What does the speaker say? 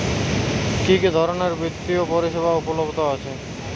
কি কি ধরনের বৃত্তিয় পরিসেবা উপলব্ধ আছে?